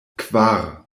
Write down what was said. kvar